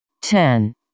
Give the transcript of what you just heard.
ten